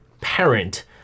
parent